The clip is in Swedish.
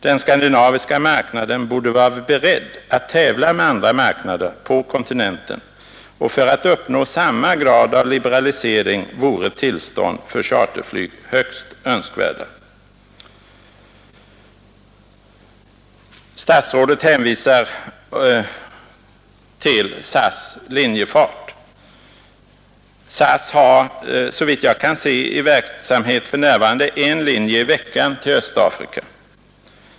Den skandinaviska marknaden borde vara beredd att tävla med andra marknader på kontinenten och för att uppnå samma grad av liberalisering vore tillstånd för charterflyg högst önskvärda.” Statsrådet hänvisar till SAS:s linjefart. SAS har såvitt jag kan se i verksamhet för närvarande en linje med en tur i veckan till Östafrika.